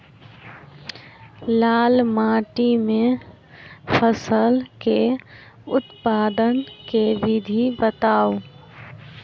लाल माटि मे फसल केँ उत्पादन केँ विधि बताऊ?